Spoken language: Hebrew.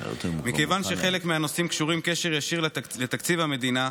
מכיוון שחלק מהנושאים קשורים קשר ישיר לתקציב המדינה,